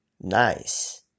Nice